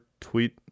tweet